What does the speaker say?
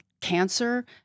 cancer